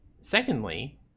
secondly